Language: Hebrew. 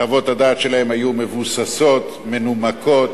חוות הדעת שלהם היו מבוססות, מנומקות,